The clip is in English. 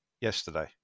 yesterday